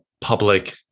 public